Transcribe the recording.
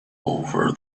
over